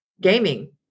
gaming